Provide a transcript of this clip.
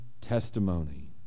testimony